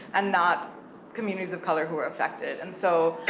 and not communities of color who were affected, and so,